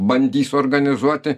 bandys organizuoti